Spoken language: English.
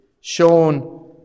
shown